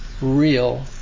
real